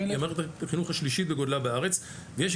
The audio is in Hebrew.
היא מערכת החינוך השלישית בגודלה בארץ,